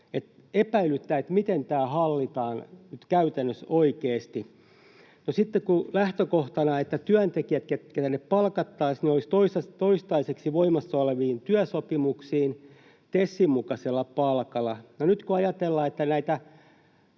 Epäilyttää, miten tämä hallitaan nyt käytännössä oikeasti. No sitten lähtökohtana on, että työntekijät, ketkä tänne palkattaisiin, olisivat toistaiseksi voimassa olevissa työsopimuksissa TESin mukaisella palkalla. No nyt kun ajatellaan, että näitä